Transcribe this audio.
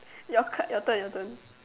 your cut your turn your turn